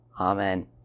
Amen